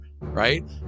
Right